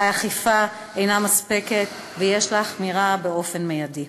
האכיפה אינה מספקת ויש להחמירה באופן מיידי.